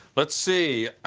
let's see,